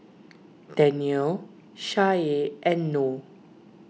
Daniel Syah and Noh